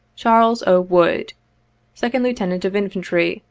chakles o. wood second lieutenant of infantry,